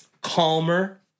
calmer